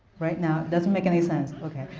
right now it doesn't make any sense. ok,